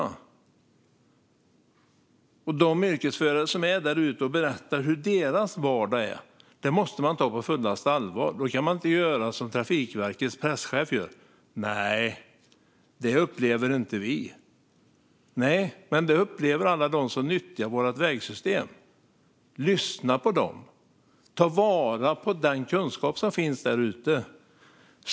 Man måste ta de yrkesförare som är där ute och berättar hur deras vardag är på fullaste allvar. Man kan inte säga som Trafikverkets presschef: Nej, det upplever inte vi! Nej, men det upplever alla de som nyttjar vårt vägsystem. Lyssna på dem! Ta vara på den kunskap som finns där ute!